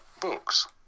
books